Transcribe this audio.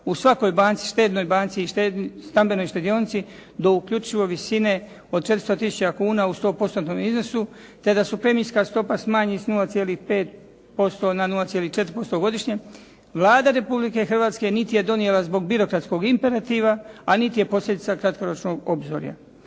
u svakoj banci, štednoj banci i stambenoj štedionici do uključivo visine od 400000 kuna u sto postotnom iznosu, te da se preniska stopa smanji s 0,5% na 0,4% godišnje. Vlada Republike Hrvatske niti je donijela zbog birokratskog imperativa, a niti je posljedica kratkoročnog obzorja.